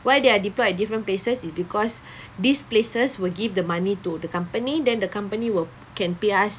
why they are deployed at different places is because these places will give the money to the company then the company will can pay us